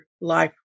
life